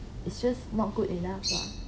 it's just not good enough lah